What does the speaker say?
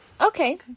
Okay